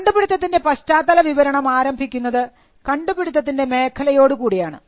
കണ്ടുപിടിത്തത്തിൻറെ പശ്ചാത്തല വിവരണം ആരംഭിക്കുന്നത് കണ്ടുപിടിത്തത്തിൻറെ മേഖലയോടുകൂടിയാണ്